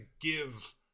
give